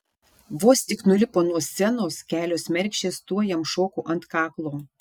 vos tik nulipo nuo scenos kelios mergšės tuoj jam šoko ant kaklo